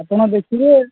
ଆପଣ ଦେଖିବେ